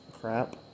crap